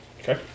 Okay